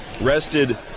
rested